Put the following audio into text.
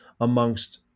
amongst